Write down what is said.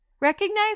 Recognize